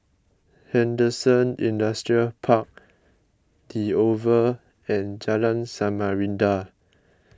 Henderson Industrial Park the Oval and Jalan Samarinda